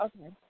Okay